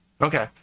Okay